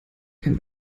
kein